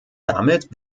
damit